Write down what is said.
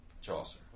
Chaucer